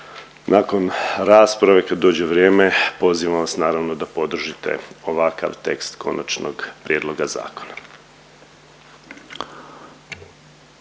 nakon rasprave kad dođe vrijeme, pozivam vas naravno da podržite ovakav tekst konačnog prijedloga zakona.